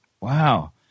Wow